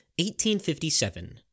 1857